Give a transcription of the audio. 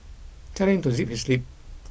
tell him to zip his lip